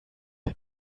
der